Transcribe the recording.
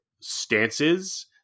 stances